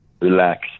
relax